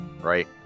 right